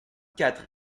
quatre